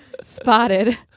spotted